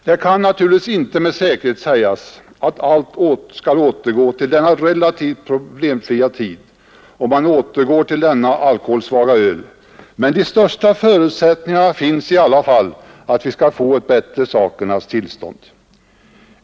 Det kan naturligtvis inte med säkerhet sägas att allt skall återgå till denna relativa problemfrihet om man återgår till det alkoholsvaga ölet, men de största förutsättningar finns i alla fall att vi skall få ett bättre sakernas tillstånd.